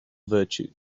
virtue